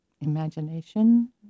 imagination